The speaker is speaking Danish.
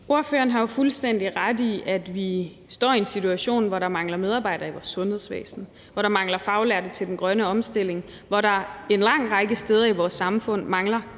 Rubin har jo fuldstændig ret i, at vi står i en situation, hvor der mangler medarbejdere i vores sundhedsvæsen, hvor der mangler faglærte til den grønne omstilling, og hvor der en lang række steder i vores samfund mangler en særlig